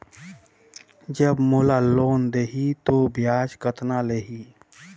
जब मोला लोन देही तो ब्याज कतना लेही?